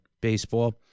baseball